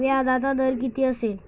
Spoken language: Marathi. व्याजाचा दर किती असेल?